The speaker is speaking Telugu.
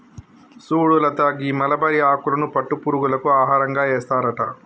సుడు లత గీ మలబరి ఆకులను పట్టు పురుగులకు ఆహారంగా ఏస్తారట